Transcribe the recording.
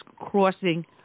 crossing